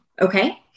Okay